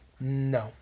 No